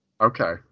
Okay